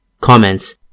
Comments